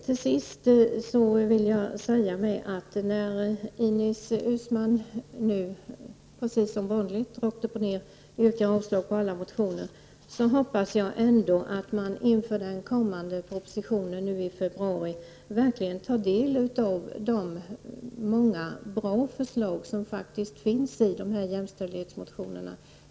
Till sist hoppas jag, när Ines Uusmann nu, precis som vanligt, rakt upp och ner yrkar avslag på alla motioner, att man ändå inför den kommande propositionen i februari verkligen tar del av de många bra förslag som faktiskt finns i de här jämställdhetsmotionerna.